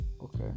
okay